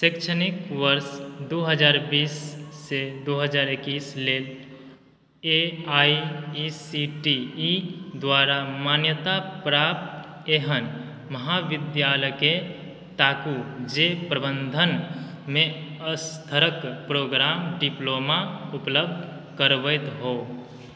शैक्षणिक वर्ष दू हजार बीससँ दू हजार एकैस लेल A I A C T E द्वारा मान्यता प्राप्त एहन महाविद्यालयके ताकू जे प्रबन्धनमे स्तरके प्रोग्राम डिप्लोमा उपलब्ध करबैत हो